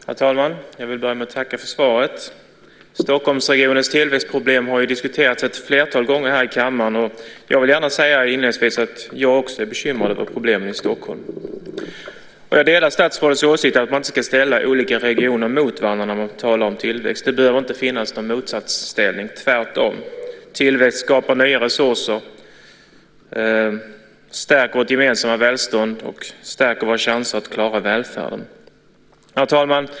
Herr talman! Jag vill börja med att tacka för svaret. Stockholmsregionens tillväxtproblem har diskuterats ett flertal gånger i kammaren, och jag vill inledningsvis gärna säga att också jag är bekymrad över problemen i Stockholm. Jag delar statsrådets åsikt att man inte ska ställa olika regioner mot varandra när man talar om tillväxt. Det bör inte finnas en motsatsställning - tvärtom. Tillväxt skapar nya resurser och stärker vårt gemensamma välstånd och därmed vår chans att klara välfärden. Herr talman!